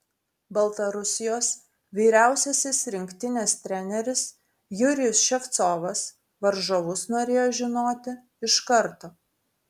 baltarusijos vyriausiasis rinktinės treneris jurijus ševcovas varžovus norėjo žinoti iš karto